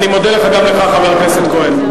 אני מודה גם לך, חבר הכנסת כהן.